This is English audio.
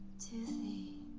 to thee oh,